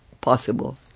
possible